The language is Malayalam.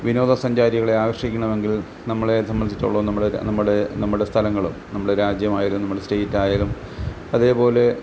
വിനോദസഞ്ചാരികളെ ആകർഷിക്കണമെങ്കിൽ നമ്മളെ സംബന്ധിച്ചോളം നമ്മുടെ നമ്മുടെ നമ്മുടെ സ്ഥലങ്ങളും നമ്മുടെ രാജ്യമായാലും നമ്മുടെ സ്റ്റേറ്റായാലും അതേപോലെ